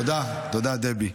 תודה, דבי.